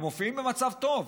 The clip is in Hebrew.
הם מופיעים במצב טוב,